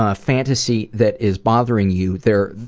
ah fantasy that is bothering you. there.